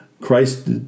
Christ